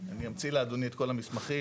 אני אמציא לאדוני את כל המסמכים.